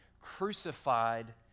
crucified